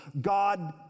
God